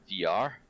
VR